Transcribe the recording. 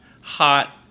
hot